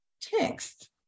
text